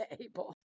table